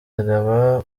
agaba